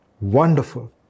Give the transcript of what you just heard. Wonderful